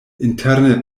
interne